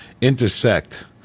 intersect